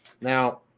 Now